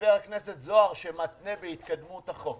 חבר הכנסת זוהר שמתנה בהתקדמות החוק.